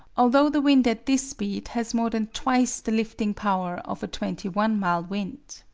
although the wind at this speed has more than twice the lifting power of a twenty one mile wind.